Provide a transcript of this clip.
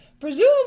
Presumably